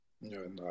No